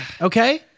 okay